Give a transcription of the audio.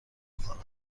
کنم